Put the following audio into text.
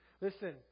Listen